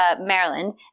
Maryland